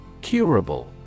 Curable